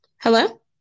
Hello